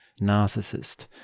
narcissist